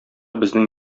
безнең